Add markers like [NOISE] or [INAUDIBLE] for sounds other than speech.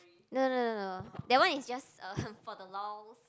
no no no no that one is just [BREATH] for the lols